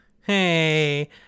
hey